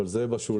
אבל זה בשוליים,